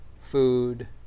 food